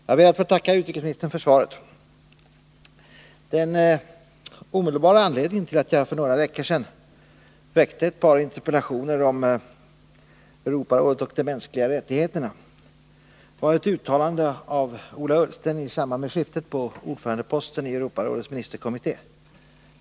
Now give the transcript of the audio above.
Herr talman! Jag ber att få tacka utrikesministern för svaret. Den omedelbara anledningen till att jag för några veckor sedan väckte ett par interpellationer om Europarådet och de mänskliga rättigheterna var ett uttalande av Ola Ullsten i samband med skiftet på ordförandeposten i Europarådets ministerkommitté.